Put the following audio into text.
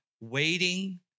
waiting